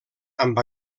amb